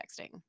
texting